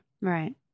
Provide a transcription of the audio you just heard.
Right